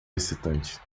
excitante